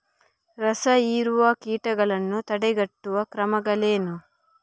ರಸಹೀರುವ ಕೀಟಗಳನ್ನು ತಡೆಗಟ್ಟುವ ಕ್ರಮಗಳೇನು?